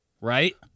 Right